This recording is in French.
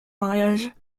mariage